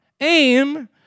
Aim